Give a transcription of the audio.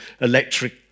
electric